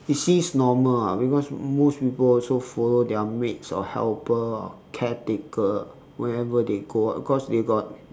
it seems normal ah because most people also follow their maids or helper or caretaker wherever they go [what] because they got